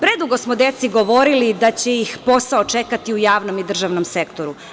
Predugo smo deci govorili da će ih posao čekati u javnom i državnom sektoru.